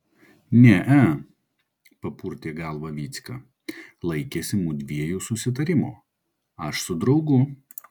ne e papurtė galvą vycka laikėsi mudviejų susitarimo aš su draugu